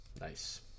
Nice